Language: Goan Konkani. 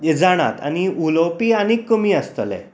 जे जाणात आनी उलोवपी आनीक कमी आसतले